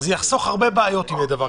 יחסוך הרבה בעיות אם יהיה דבר כזה.